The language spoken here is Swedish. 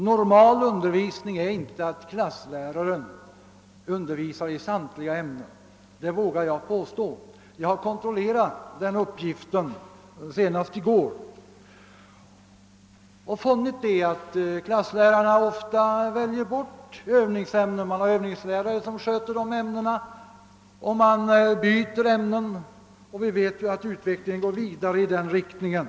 »Normal undervisning» innebär inte att klassläraren undervisar i samtliga ämnen — det vågar jag påstå. Jag kontrollerade saken senast i går och fann att klasslärarna ofta väljer bort övningsämnen — de har övningslärare som sköter undervisningen i dessa ämnen — och vidare byter lärarna ofta ämnen. Vi vet att utvecklingen går vidare i den riktningen.